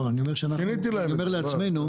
אני אומר לעצמנו,